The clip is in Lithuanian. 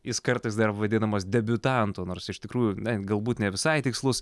jis kartais dar vadinamas debiutantu nors iš tikrųjų ai galbūt ne visai tikslus